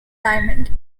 diamond